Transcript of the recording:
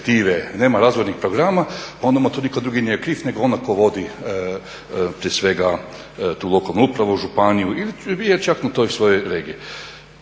nema razvojnih programa onda nama tu nitko drugi nije kriv nego onaj tko vodi prije svega tu lokalnu upravu, županiju ili … svoje regije.